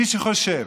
מי שחושב